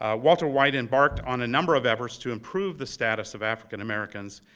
ah walter white embarked on a number of efforts to improve the status of african americans,